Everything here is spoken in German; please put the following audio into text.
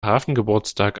hafengeburtstag